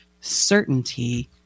certainty